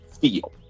feel